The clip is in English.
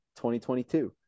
2022